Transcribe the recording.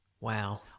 Wow